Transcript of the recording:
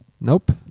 Nope